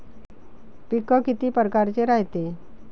पिकं किती परकारचे रायते?